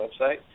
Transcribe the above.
website